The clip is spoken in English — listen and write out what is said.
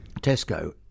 Tesco